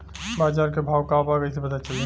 बाजार के भाव का बा कईसे पता चली?